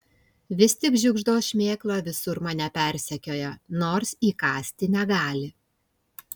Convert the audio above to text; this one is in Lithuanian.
vis tik žiugždos šmėkla visur mane persekioja nors įkąsti negali